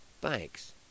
Thanks